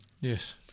Yes